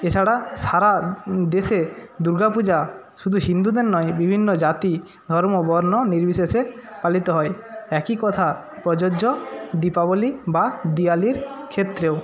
এছাড়া সারা দেশে দুর্গা পূজা শুধু হিন্দুদের নয় বিভিন্ন জাতি ধর্ম বর্ণ নির্বিশেষে পালিত হয় একই কথা প্রযোজ্য দীপাবলি বা দিওয়ালির ক্ষেত্রেও